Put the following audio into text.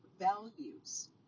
values